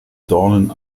dornen